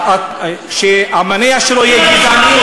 שהמניע שלו יהיה גזעני,